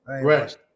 right